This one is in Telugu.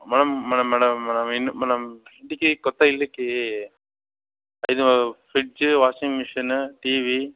మ్యాడమ్ మనం మ్యాడమ్ మన ఇంటికి మనం ఇంటికి కొత్త ఇల్లుకి ఐదు ప్రిజ్జు వాషింగ్ మిషను టీవీ